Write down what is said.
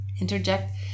interject